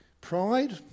Pride